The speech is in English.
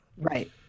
Right